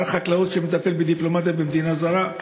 שר חקלאות שמטפל בדיפלומטיה במדינה זרה,